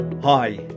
Hi